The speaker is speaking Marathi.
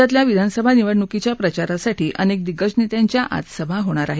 राज्यातल्या विधानसभा निवडणुकीच्या प्रचारासाठी अनेक दिग्गज नेत्यांच्या आज सभा होणार आहेत